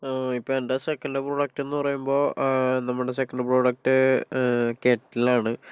ഇപ്പോ എൻ്റെ സെക്കൻഡ് പ്രോഡക്റ്റ്ന്ന് പറയുമ്പോൾ നമ്മുടെ സെക്കൻഡ് പ്രോഡക്റ്റ് കെറ്റിൽ ആണ്